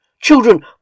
Children